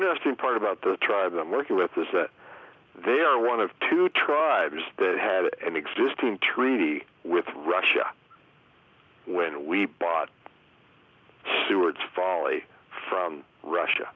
interesting part about the tribe i'm working with this that they're one of two tribes that had an existing treaty with russia when we bought seward's folly from russia